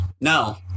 no